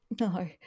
No